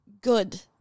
good